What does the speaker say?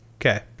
Okay